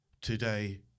today